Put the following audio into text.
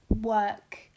work